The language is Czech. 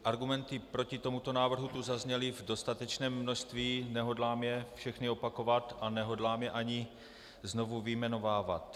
Argumenty proti tomuto návrhu tu zazněly v dostatečném množství, nehodlám je všechny opakovat a nehodlám je ani znovu vyjmenovávat.